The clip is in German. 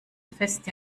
fest